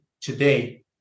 today